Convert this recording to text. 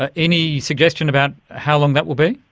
ah any suggestion about how long that will be?